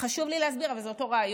חשוב לי להסביר, אבל זה אותו רעיון.